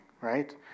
Right